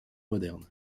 moderne